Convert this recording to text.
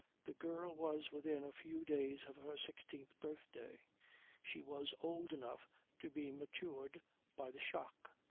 the girl was within a few days of her sixteenth birthday she was old enough to be matured by the shock.